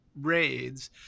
raids